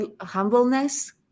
humbleness